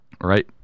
Right